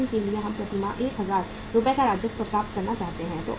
उदाहरण के लिए हम प्रति माह 1000 रुपये का राजस्व प्राप्त करना चाहते हैं